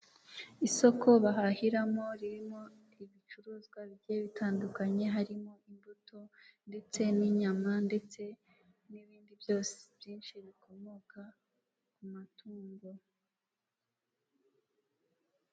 Isoko bahahiramo ririmo ibicuruzwa bigiye bitandukanye, harimo imbuto, ndetse n'inyama, ndetse n'ibindi byinshi bikomoka ku matungo.